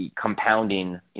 compounding